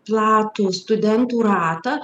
platų studentų ratą